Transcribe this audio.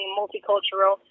multicultural